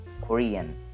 Korean